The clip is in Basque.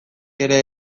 ere